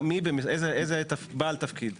איזה בעל תפקיד במשרד האוצר?